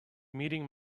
meeting